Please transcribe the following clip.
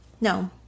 No